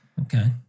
Okay